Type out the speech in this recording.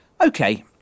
Okay